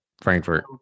frankfurt